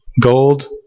gold